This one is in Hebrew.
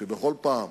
שבכל פעם